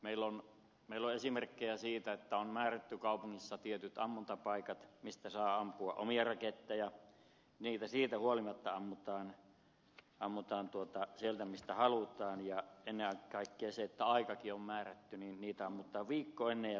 meillä on esimerkkejä siitä että on määrätty kaupungissa tietyt ammuntapaikat mistä saa ampua omia raketteja ja siitä huolimatta niitä ammutaan sieltä mistä halutaan ja ennen kaikkea se että vaikka aikakin on määrätty niin niitä ammutaan viikkoa ennen ja viikko jälkeen